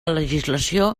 legislació